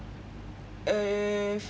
uh